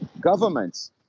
governments